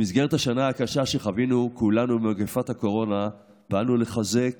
במסגרת השנה הקשה שחווינו כולנו במגפת הקורונה פעלנו לחזק